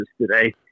today